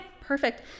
perfect